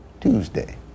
Tuesday